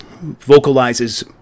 vocalizes